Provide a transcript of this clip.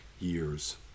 years